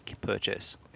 purchase